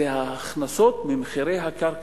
זה ההכנסות ממחירי הקרקע.